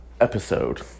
episode